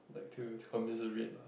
like to to lah